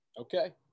Okay